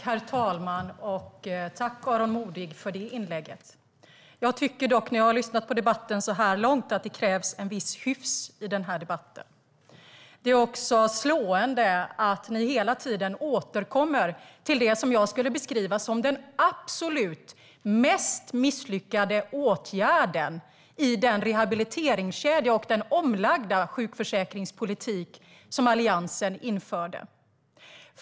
Herr talman! Jag tackar Aron Modig för detta inlägg. När jag har lyssnat på debatten så här långt tycker jag dock att det krävs en viss hyfs i denna debatt. Det är slående att ni hela tiden återkommer till det som jag skulle beskriva som den absolut mest misslyckade åtgärd i den rehabiliteringskedja och den omlagda sjukförsäkringspolitik som Alliansen införde.